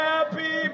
Happy